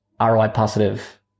ROI-positive